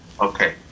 okay